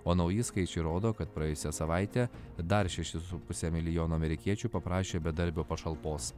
o nauji skaičiai rodo kad praėjusią savaitę dar šeši su puse milijono amerikiečių paprašė bedarbio pašalpos